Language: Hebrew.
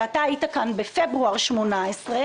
שאתה הייתה כאן בפברואר 2018,